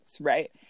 Right